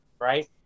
Right